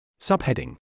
Subheading